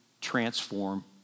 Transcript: transform